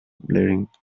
blaring